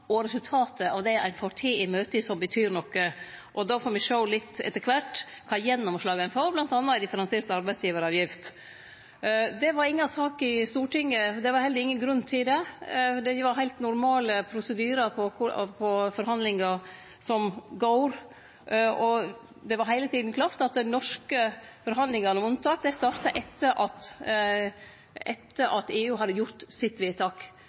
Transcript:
og resultatet av det ein får til i møta, som betyr noko. Me får litt etter kvart sjå kva gjennomslag ein får, bl.a. når det gjeld differensiert arbeidsgjevaravgift. Det var inga sak i Stortinget. Det var heller ingen grunn til det. Det var heilt normale forhandlingsprosedyrar. Det var heile tida klårt at dei norske forhandlingane om unntak starta etter at EU hadde gjort vedtaket sitt.